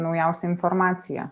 naujausia informacija